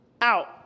out